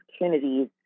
opportunities